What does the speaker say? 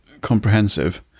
comprehensive